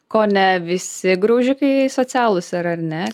kone visi graužikai socialūs yra ar ne